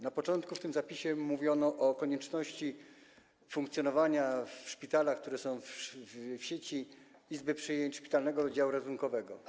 Na początku w tym zapisie mówiono o konieczności funkcjonowania w szpitalach, które są w sieci, izby przyjęć szpitalnego oddziału ratunkowego.